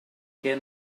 què